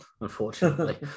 unfortunately